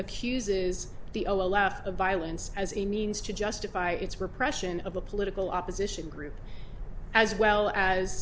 accuses the o l f of violence as a means to justify its repression of a political opposition group as well as